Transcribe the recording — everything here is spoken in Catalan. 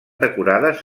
decorades